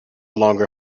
longer